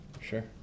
sure